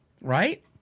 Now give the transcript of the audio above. right